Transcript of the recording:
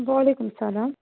وعلیکُم اسَلام